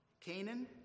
Canaan